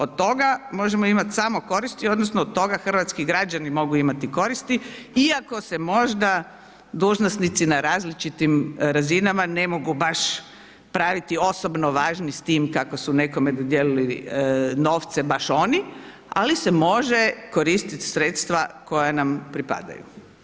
Od toga možemo imati samo koristi odnosno od toga hrvatski građani mogu imati koristi iako se možda dužnosnici na različitim razinama ne mogu baš praviti osobno važni kako su nekome dodijelili novce baš oni, ali se može koristit sredstva koja nam pripadaju.